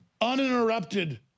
uninterrupted